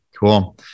Cool